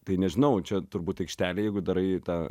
tai nežinau čia turbūt aikštelėj jeigu darai tą